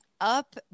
up